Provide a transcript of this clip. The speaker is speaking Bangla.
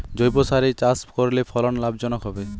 জৈবসারে চাষ করলে ফলন লাভজনক হবে?